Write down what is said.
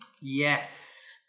Yes